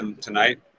tonight